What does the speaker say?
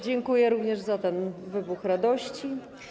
Dziękuję również za ten wybuch radości.